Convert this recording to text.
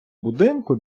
будинку